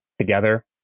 together